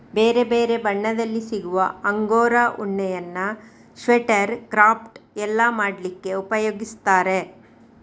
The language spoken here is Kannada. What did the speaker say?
ಬೇರೆ ಬೇರೆ ಬಣ್ಣದಲ್ಲಿ ಸಿಗುವ ಅಂಗೋರಾ ಉಣ್ಣೆಯನ್ನ ಸ್ವೆಟರ್, ಕ್ರಾಫ್ಟ್ ಎಲ್ಲ ಮಾಡ್ಲಿಕ್ಕೆ ಉಪಯೋಗಿಸ್ತಾರೆ